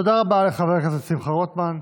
תודה רבה לחבר הכנסת שמחה רוטמן.